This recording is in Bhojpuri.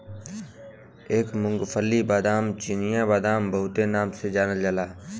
एके मूंग्फल्ली, बादाम, चिनिया बादाम बहुते नाम से जानल जाला